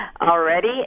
already